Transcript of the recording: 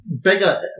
bigger